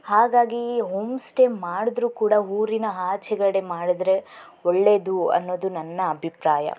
ಹಾಗಾಗಿ home stay ಮಾಡಿದ್ರು ಕೂಡ ಊರಿನ ಆಚೆಗಡೆ ಮಾಡಿದ್ರೆ ಒಳ್ಳೇದು ಅನ್ನೋದು ನನ್ನ ಅಭಿಪ್ರಾಯ